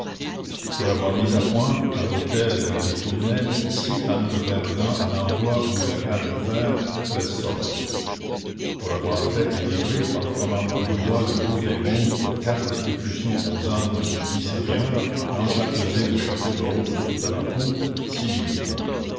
pour avoir mis à point à l'hôtel des tournelles six panneaux de verre blanc à l'endroit où est la cage de fer treize sols pour avoir fait et livré par le commandement du roi le jour des monstres quatre écussons aux armes dudit seigneur enchapessés de chapeaux de roses tout à l'entour six livres